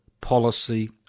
policy